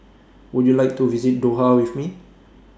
Would YOU like to visit Doha with Me